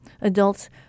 adults